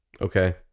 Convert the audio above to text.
Okay